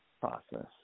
process